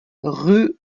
rue